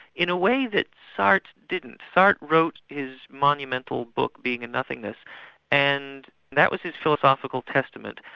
in a way that sartre didn't. sartre wrote his monumental book being and nothingnessand and that was his philosophical testament.